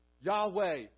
Yahweh